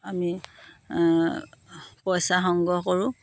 আমি পইচা সংগ্ৰহ কৰোঁ